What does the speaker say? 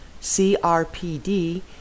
CRPD